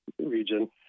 region